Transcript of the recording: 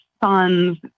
son's